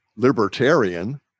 libertarian